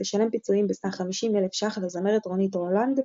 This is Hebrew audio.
לשלם פיצויים בסך 50 אלף ש"ח לזמרת רונית רולנד,